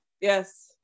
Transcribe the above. Yes